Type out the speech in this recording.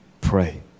pray